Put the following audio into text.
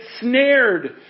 snared